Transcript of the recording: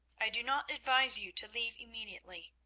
i do not advise you to leave immediately.